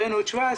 הראינו את 2017,